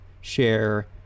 share